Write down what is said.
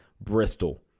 Bristol